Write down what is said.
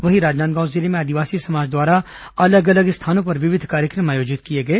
वहीं राजनांदगांव जिले में आदिवासी समाज द्वारा अलग अलग स्थानों पर विविध कार्यक्रम आयोजित किए गए